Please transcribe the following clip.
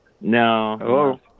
No